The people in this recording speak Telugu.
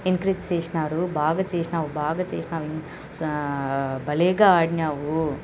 ఎంకరేజ్ చేసినారు బాగా చేసినావు బాగా చేసినావు భలేగా ఆడినావు